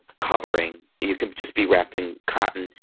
covering. you can just be wrapped in cotton.